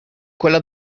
quella